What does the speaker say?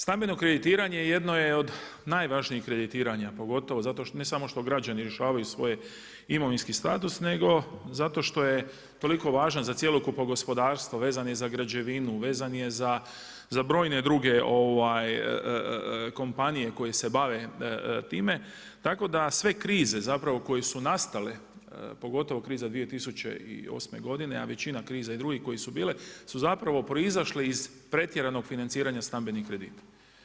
Stambeno kreditiranje jedno je od najvažnijih kreditiranja, pogotovo zato što, ne samo što građani rješavaju svoj imovinski status, nego zato što je toliko važan za cjelokupno gospodarstvo, vezan je za građevinu, vezan je za brojne druge kompanije koje se bave time, tako da sve krize zapravo koje su nastale pogotovo kriza 2008. godine, a i većina kriza i drugih koje su bile, su zapravo proizašle iz pretjeranog financiranja stambenih kredita.